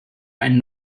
einen